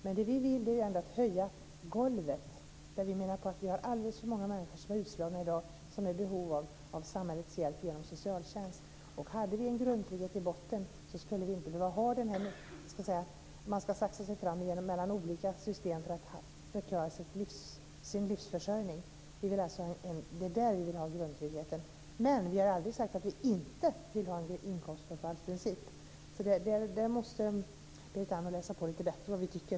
Men det vi vill är ändå att höja golvet. Vi menar att vi har alldeles för många människor som är utslagna i dag som är i behov av samhällets hjälp genom socialtjänst. Hade vi en grundtrygghet i botten skulle vi inte behöva ha den här ordningen att man kryssar sig fram mellan olika system för att klara sin livsförsörjning. Det är där vi vill ha grundtryggheten. Men vi har aldrig sagt att vi inte vill ha en inkomstbortfallsprincip. Berit Andnor måste läsa på lite bättre beträffande vad vi tycker.